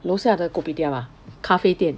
楼下的 kopitiam ah 咖啡店